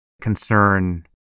concern